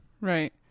Right